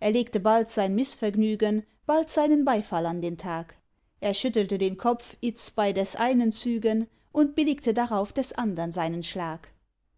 er legte bald sein mißvergnügen bald seinen beifall an den tag er schüttelte den kopf itzt bei des einen zügen und billigte darauf des andern seinen schlag